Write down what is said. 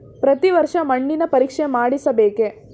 ಪ್ರತಿ ವರ್ಷ ಮಣ್ಣಿನ ಪರೀಕ್ಷೆ ಮಾಡಿಸಬೇಕೇ?